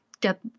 get